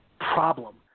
problem